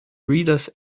reader’s